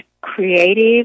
creative